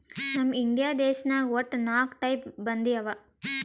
ನಮ್ ಇಂಡಿಯಾ ದೇಶನಾಗ್ ವಟ್ಟ ನಾಕ್ ಟೈಪ್ ಬಂದಿ ಅವಾ